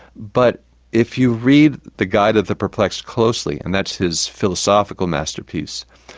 but if you read the guide of the perplexed closely, and that's his philosophical masterpiece,